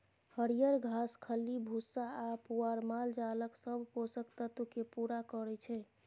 हरियर घास, खल्ली भुस्सा आ पुआर मालजालक सब पोषक तत्व केँ पुरा करय छै